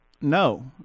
No